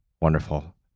wonderful